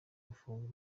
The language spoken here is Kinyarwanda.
gufungwa